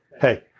Hey